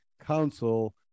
council